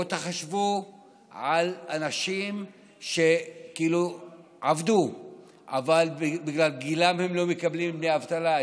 תחשבו על אנשים שעבדו אבל בגלל גילם הם לא מקבלים דמי אבטלה.